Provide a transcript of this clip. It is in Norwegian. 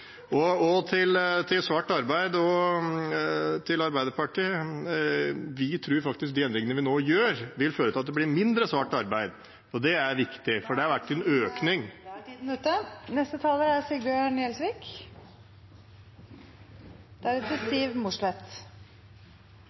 Til Arbeiderpartiet, når det gjelder svart arbeid: Vi tror faktisk de endringene vi nå gjør, vil føre til at det blir mindre svart arbeid. Det er viktig, for det har vært en økning. Til representanten Johnsen: Det er